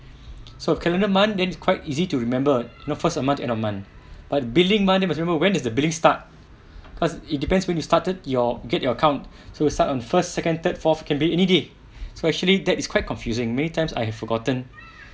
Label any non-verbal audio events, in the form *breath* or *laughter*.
so calendar month then it's quite easy to remember you know first of month end of month but billing month you must remember when is the billing start because it depends when you started your get your account so start on first second third fourth can be any date so actually that is quite confusing may times I forgotten *breath*